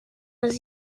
was